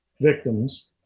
victims